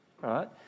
right